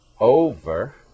over